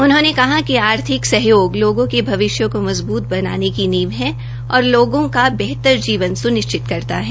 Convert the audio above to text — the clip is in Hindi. उन्होंने कहा कि आर्थिक सहयोग लोगों के भविष्य को मजबूत बनाने की नींव है और लोगों का बेहतर जीवन सुनिश्चित करता है